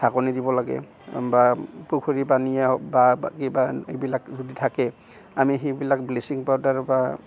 ঢাকনি দিব লাগে বা পুখুৰী পানীয়ে হওক বা কিবা এইবিলাক যদি থাকে আমি সেইবিলাক ব্লিচিং পাউদাৰ বা